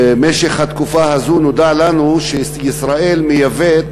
במשך התקופה הזאת נודע לנו שישראל מייבאת